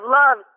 love